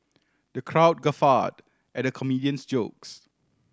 the crowd guffawed at the comedian's jokes